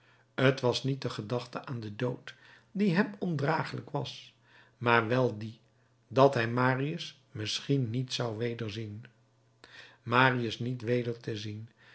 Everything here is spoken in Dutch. t was niet de gedachte aan den dood die hem ondragelijk was maar wel die dat hij marius misschien niet zou wederzien marius niet weder te zien